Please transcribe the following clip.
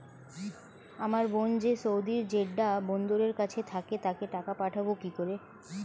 আমার বোন যে সৌদির জেড্ডা বন্দরের কাছে থাকে তাকে টাকা পাঠাবো কি করে?